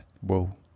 Whoa